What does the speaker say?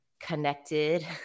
connected